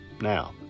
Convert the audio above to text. now